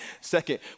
Second